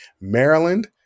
Maryland